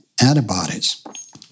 antibodies